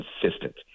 consistent